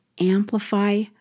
amplify